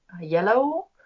yellow